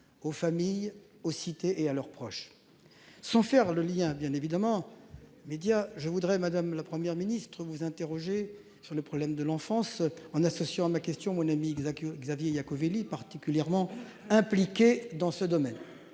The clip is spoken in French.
aux familles, aux cités et à leurs proches. Sans faire le lien bien évidemment. Médias je voudrais madame, la Première ministre vous interroger sur le problème de l'enfance en associant à ma question. Mon ami Xavier, Xavier Iacovelli particulièrement impliqué dans ce domaine.